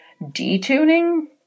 detuning